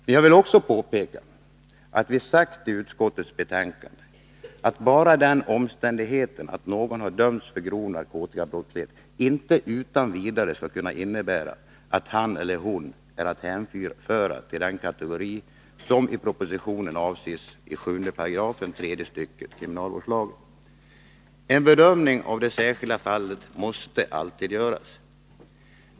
Men jag vill också påpeka, som vi sagt i utskottets betänkande, att bara den omständigheten att någon har dömts för grov narkotikabrottslighet inte utan vidare skall innebära att han eller hon är att hänföra till den kategori som i propositionen avses i 7 § tredje stycket kriminalvårdslagen. En bedömning av det särskilda fallet måste alltid göras.